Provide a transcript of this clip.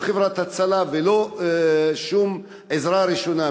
לא חברת הצלה ולא שום עזרה ראשונה.